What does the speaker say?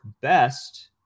best